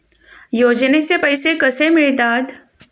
योजनेचे पैसे कसे मिळतात?